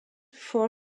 for